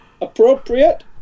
appropriate